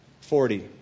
Forty